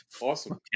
awesome